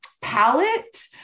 Palette